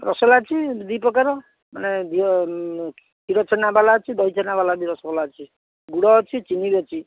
ରସଗୋଲା ଅଛି ଦୁଇ ପ୍ରକାର ମାନେ ଘିଅ କ୍ଷୀର ଛେନା ବାଲା ଅଛି ଦହି ଛେନା ବାଲା ବି ରସଗୋଲା ଅଛି ଗୁଡ଼ ଅଛି ଚିନି ବି ଅଛି